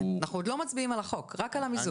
אנחנו עוד לא מצביעים על הצעת החוק, רק על המיזוג.